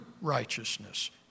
righteousness